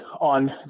on